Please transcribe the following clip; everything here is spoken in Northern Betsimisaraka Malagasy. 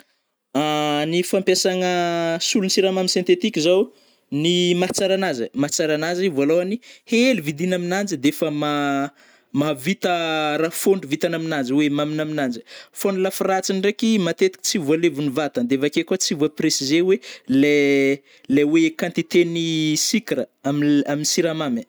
Ny fampiasagna solon-tsiramamy sentetiky zao, ny mahatsara anazy ai, mahatsara anazy vôlôhany, hely vidina aminanjy defa ma-mahavita ra fôntro vitany aminazy oe maminy aminanjy, fô ny lafiratsiny ndraiky matetiky tsy voaleviny vatagna, de avake koa tsy vo préciser oe lai-lai oe quantité ny sucre amile-aminy siramamy ai.